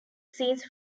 scenes